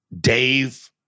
Dave